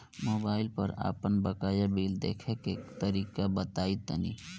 Mobile पर आपन बाकाया बिल देखे के तरीका बताईं तनि?